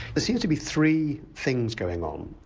seem to be three things going on.